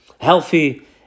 healthy